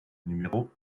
numéro